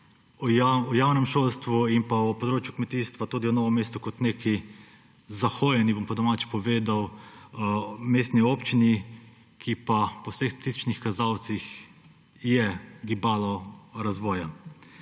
o javnem šolstvu in področju kmetijstva tudi o Novem mestu kot neki zahojeni, bom po domače povedal, mestni občini, ki pa je po vseh statističnih kazalcih gibalo razvoja.